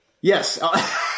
Yes